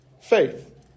faith